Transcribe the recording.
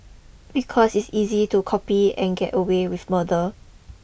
because it's easy to copy and get away with murder